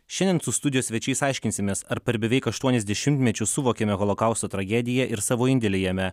šiandien su studijos svečiais aiškinsimės ar per beveik aštuonis dešimtmečius suvokėme holokausto tragediją ir savo indėlį jame